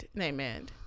Amen